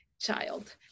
child